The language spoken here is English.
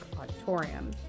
Auditorium